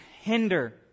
hinder